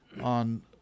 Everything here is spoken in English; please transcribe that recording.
on